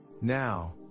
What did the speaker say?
Now